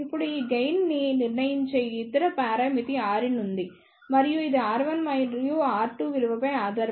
ఇప్పుడు ఈ గెయిన్ ని నిర్ణయించే ఇతర పరామితి Rin ఉంది మరియు ఇది R1 మరియు R2 విలువపై ఆధారపడి ఉంటుంది